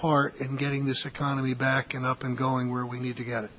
part in getting this economy back and up and going where we need to get it